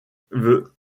the